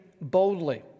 boldly